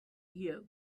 hear